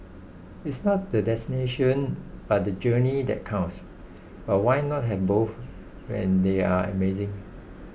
it's not the destination but the journey that counts but why not have both when they're amazing